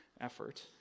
effort